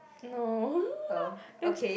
no then